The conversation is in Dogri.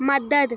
मदद